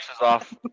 off